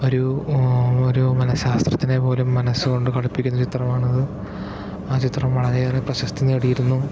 ഒരു ഒരു മനഃശാസ്ത്രജ്ഞനെ പോലും മനസുകൊണ്ട് കടുപ്പിക്കുന്ന ചിത്രമാണ് അത് ആ ചിത്രം വളരെയേറെ പ്രശസ്തി നേടിയിരുന്നു